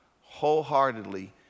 wholeheartedly